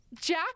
jack